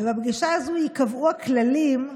בפגישה הזאת ייקבעו הכללים,